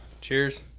Cheers